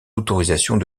autorisations